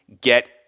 get